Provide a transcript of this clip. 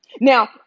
Now